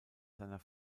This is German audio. seiner